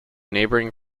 neighboring